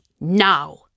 Now